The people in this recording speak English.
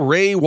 Ray